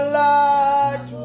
light